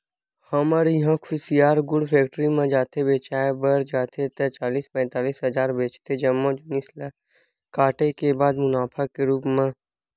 हमर इहां कुसियार गुड़ फेक्टरी म जाथे बेंचाय बर जाथे ता चालीस पैतालिस हजार बचथे जम्मो जिनिस ल काटे के बाद मुनाफा के रुप म